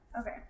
Okay